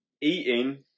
Eating